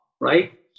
right